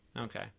Okay